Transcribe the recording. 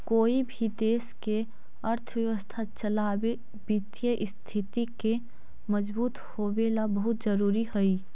कोई भी देश के अर्थव्यवस्था चलावे वित्तीय स्थिति के मजबूत होवेला बहुत जरूरी हइ